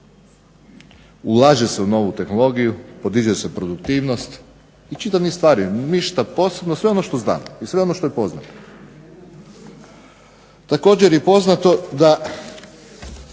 ulaže se u novu tehnologiju, podiže se produktivnost i čitav niz stvari. Ništa posebno, sve ono što zna i sve ono što je poznato. Također je poznato da